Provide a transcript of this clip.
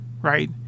right